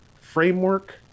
framework